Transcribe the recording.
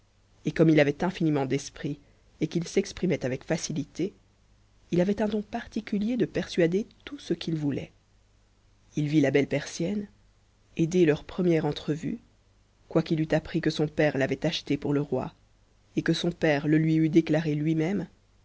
et comme il avait infiniment d'esprit et qu'il s'exprimait avec facititë il avait un don particulier de persuader tout ce qu'il voulait il vit la belle persienne et dès leur première entrevue quoiqu'il eût appris que son père l'avait achetée pour le roi et que son père le lui eût déclaré luimême